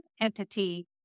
entity